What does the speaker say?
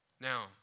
Now